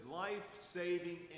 life-saving